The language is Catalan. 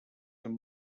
amb